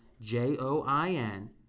J-O-I-N